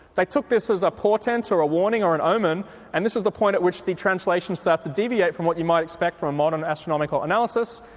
they took this as a portent or a warning or an omen and this was the point at which the translation starts to deviate from what you might expect from a modern astronomical analysis.